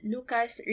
Lucas